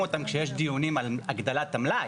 אותם כשיש דיונים על הגדלת המלאי.